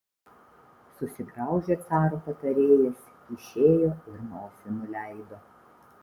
susigraužė caro patarėjas išėjo ir nosį nuleido